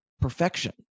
perfection